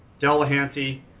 Delahanty